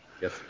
Yes